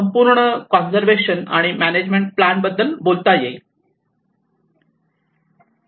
संपूर्ण कॉन्सर्व्हशन आणि management plan बद्दल बोलता येईल